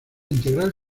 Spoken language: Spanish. integral